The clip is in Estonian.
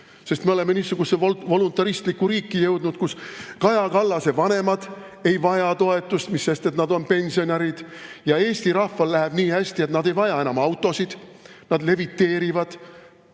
Sest me oleme niisugusesse voluntaristlikku riiki jõudnud, kus Kaja Kallase vanemad ei vaja toetust, mis sest, et nad on pensionärid, ja Eesti rahval läheb nii hästi, et nad ei vaja enam autosid. Nad leviteerivad,